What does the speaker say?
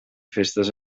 festes